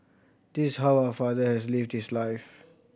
this how our father has lived his life